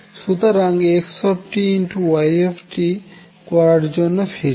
সুতরাং X Y করার জন্য ফিরছি